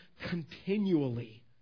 continually